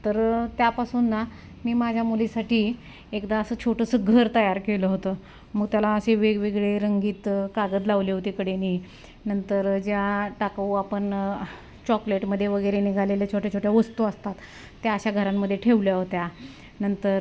तर त्यापासून ना मी माझ्या मुलीसाठी एकदा असं छोटंसं घर तयार केलं होतं मग त्याला असे वेगवेगळे रंगीत कागद लावले होते कडेने नंतर ज्या टाकाऊ आपण चॉकलेटमध्ये वगैरे निघालेल्या छोट्या छोट्या वस्तू असतात त्या अशा घरांमध्ये ठेवल्या होत्या नंतर